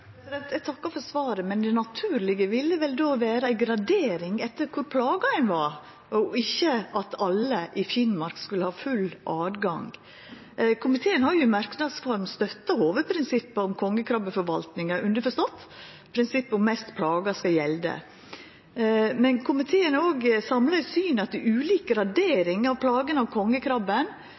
naturlege ville vel då vera ei gradering etter kor plaga ein var, og ikkje at alle i Finnmark skulle ha full tilgang. Komiteen har i merknads form støtta hovudprinsippet om kongekrabbeforvaltninga, underforstått at prinsippet om «mest plaga» skal gjelda. Men komiteen er òg samla i synet på ulik gradering av plagene av kongekrabben, og at plagene minkar jo lenger vest ein kjem – akkurat som statsråden òg påpeika. Kongekrabben